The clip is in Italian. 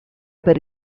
per